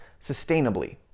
sustainably